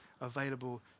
available